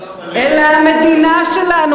אלא המדינה שלנו,